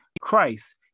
Christ